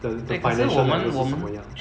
对可是我们我们